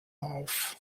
auf